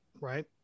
right